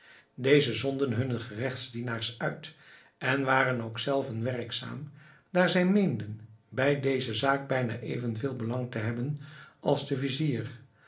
deze zonden hunne geregtsdienaars uit en waren ook zelven werkzaam daar zij meenden bij deze zaak bijna even veel belang te hebben als de vizier